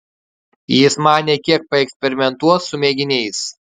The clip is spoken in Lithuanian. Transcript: jis manė kiek paeksperimentuos su mėginiais